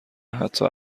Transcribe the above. حتا